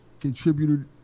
contributed